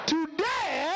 Today